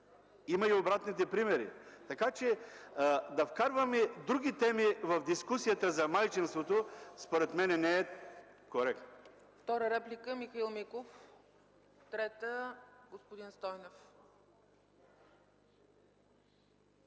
Има и обратните примери, така че да вкарваме други теми в дискусията за майчинството, според мен, не е коректно.